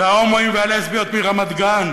וההומואים והלסביות מרמת-גן,